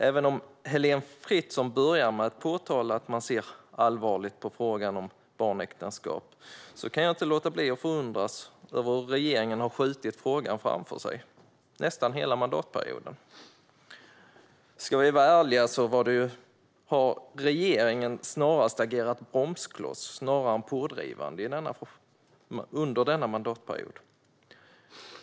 Även om Heléne Fritzon börjar med att säga att man ser allvarligt på frågan om barnäktenskap kan jag inte låta bli att förundras över hur regeringen har skjutit frågan framför sig under nästan hela mandatperioden. Ska vi vara ärliga har regeringen snarare agerat bromskloss än varit pådrivande under denna mandatperiod.